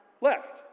Left